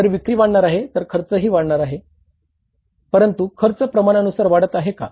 जर विक्री वाढणार आहे तर खर्चही वाढणार आहे परंतु खर्च प्रमाणानुसार वाढत आहे का